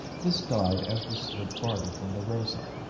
this died as we slid farther from the rosa.